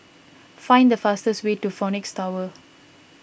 find the fastest way to Phoenix Tower